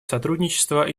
сотрудничество